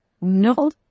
No